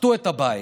שחטו את הבית,